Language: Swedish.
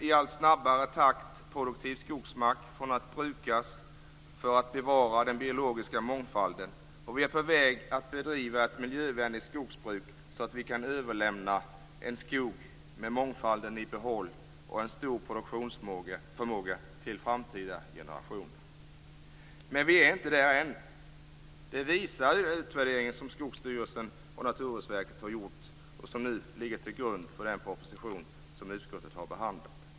I allt snabbare takt skyddar vi nu produktiv skogsmark från att brukas; detta för att bevara den biologiska mångfalden. Vidare är vi på väg att bedriva ett miljövänligt skogsbruk så att vi till framtida generationer kan överlämna en skog med mångfalden i behåll och med en stor produktionsförmåga. Men vi är inte där ännu. Det visar den utvärdering som Skogsstyrelsen och Naturvårdsverket har gjort och som nu ligger till grund för den proposition som utskottet har behandlat.